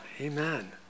Amen